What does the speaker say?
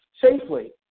Safely